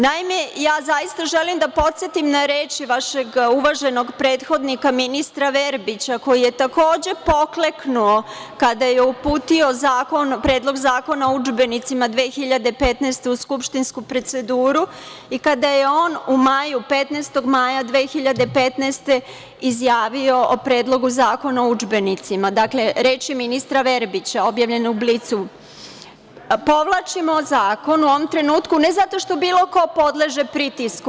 Naime, zaista želim da podsetim na reči vašeg uvaženog prethodnika, ministra Verbića koji je takođe pokleknu kada je uputio Predlog zakona o udžbenicima 2015. godine u skupštinsku proceduru i kada je on u 15. maja 2015. godine izjavio o Predlogu zakona o udžbenicima, reči ministra Verbića objavljene u „Blicu“ – povlačimo zakon u ovom trenutku ne zato što bilo ko podleže pritisku.